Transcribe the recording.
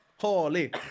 holy